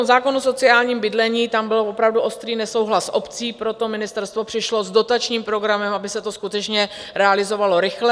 Zákon o sociálním bydlení tam byl opravdu ostrý nesouhlas obcí, proto ministerstvo přišlo s dotačním programem, aby se to skutečně realizovalo rychle.